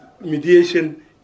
mediation